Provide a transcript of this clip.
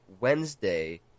Wednesday